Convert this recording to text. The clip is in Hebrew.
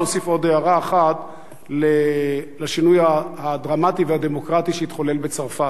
להוסיף עוד הערה אחת על השינוי הדרמטי והדמוקרטי שהתחולל בצרפת.